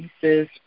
pieces